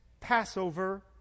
Passover